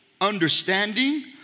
understanding